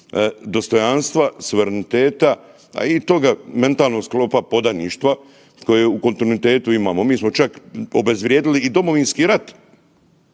dostojanstva, suvereniteta, a i toga mentalnog sklopa podaništva koje u kontinuitetu imamo. Mi smo čak obezvrijedili i Domovinski rat